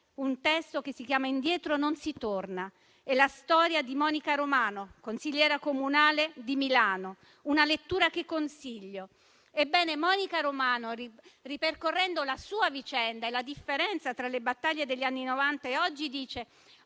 un testo che si intitola «Indietro non si torna»: è la storia di Monica Romano, consigliera comunale di Milano, una lettura che consiglio. Ebbene, Monica Romano, ripercorrendo la sua vicenda e la differenza tra le battaglie degli anni Novanta e